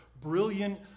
Brilliant